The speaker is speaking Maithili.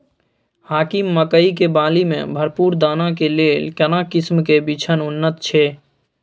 हाकीम मकई के बाली में भरपूर दाना के लेल केना किस्म के बिछन उन्नत छैय?